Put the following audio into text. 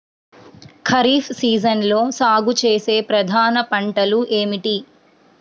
ఖరీఫ్ సీజన్లో సాగుచేసే ప్రధాన పంటలు ఏమిటీ?